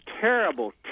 terrible